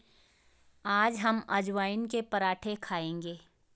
आज हम अजवाइन के पराठे खाएंगे